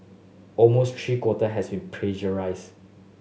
almost three quarter has been plagiarised